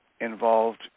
involved